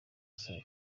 saa